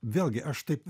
vėlgi aš taip